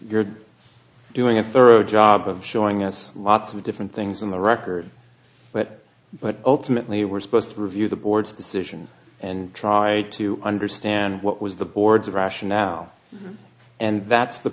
doing a thorough job of showing us lots of different things in the record but but ultimately we're supposed to review the board's decision and try to understand what was the board's rationale and that's the